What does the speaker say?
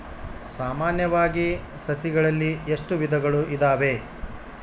ಸಾಮಾನ್ಯವಾಗಿ ಸಸಿಗಳಲ್ಲಿ ಎಷ್ಟು ವಿಧಗಳು ಇದಾವೆ?